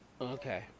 Okay